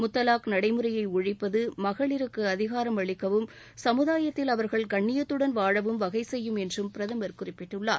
முத்தலாக் நடைமுறையஒழிப்பது மகளிருக்குஅதிகாரம் அளிக்கவும் சமுதாயத்தில் அவர்கள் கண்ணியத்துடன் வாழவும் வகைசெய்யும் என்றும் பிரதமர் குறிப்பிட்டுள்ளார்